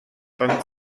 dann